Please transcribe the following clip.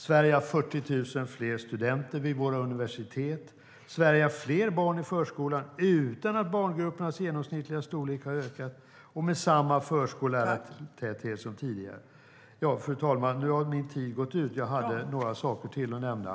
Sverige har 40 000 fler studenter vid våra universitet. Sverige har fler barn i förskolan utan att barngruppernas genomsnittliga storlek har ökat och med samma förskollärartäthet som tidigare. Fru talman! Nu har min tid gått ut. Jag hade några saker till att nämna.